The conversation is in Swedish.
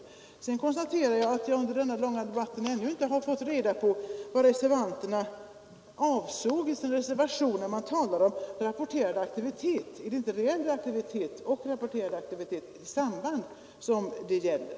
nernas lokala Sedan konstaterar jag att jag under denna långa debatt ännu inte har verksamhet fått reda på vad reservanterna avsåg med ”rapporterad aktivitet”, som aktivitet i samband med varandra som det gäller?